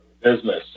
business